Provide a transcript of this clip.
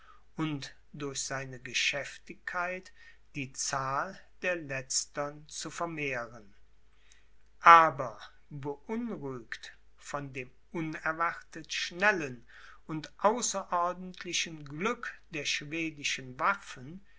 und durch seine geschäftigkeit die zahl der letztern zu vermehren aber beunruhigt von dem unerwartet schnellen und außerordentlichen glück der schwedischen waffen